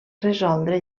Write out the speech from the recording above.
resoldre